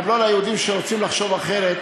גם לא ליהודים שרוצים לחשוב אחרת,